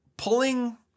pulling